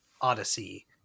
Odyssey